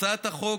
הצעת החוק,